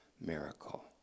miracle